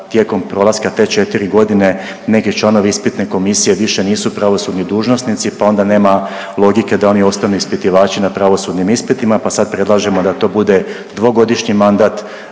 tijekom prolaska te 4 godine neki članovi ispitne komisije više nisu pravosudni dužnosnici pa onda nema logike da oni ostanu ispitivači na pravosudnim ispitima pa sad predlažemo da to bude dvogodišnji mandat.